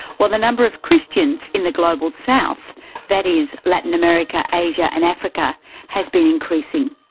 while the number of christians in the global south that is latin america, asia and africa has been increasing.